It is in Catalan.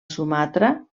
sumatra